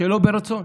שלא ברצון?